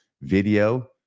video